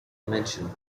mentioned